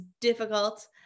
difficult